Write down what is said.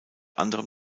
anderem